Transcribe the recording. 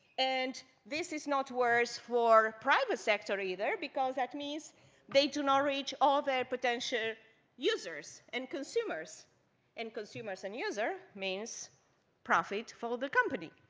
and this is not worse for private sector either, because that means they do not reach all their potential users and consumers and consumers and user means profit for the company.